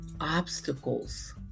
obstacles